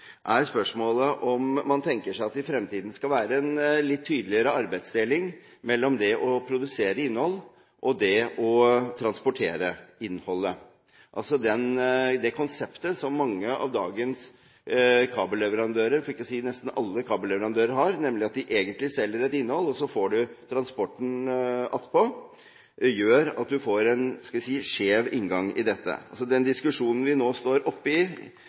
er spørsmålet om man tenker seg at det i fremtiden skal være en litt tydeligere arbeidsdeling mellom det å produsere innhold og det å transportere innholdet, altså det konseptet som mange av dagens kabelleverandører – for ikke å si nesten alle kabelleverandører – har, nemlig at de egentlig selger et innhold og så får man transporten attpå. Det gjør at man får en skjev inngang i dette. Den diskusjonen vi nå står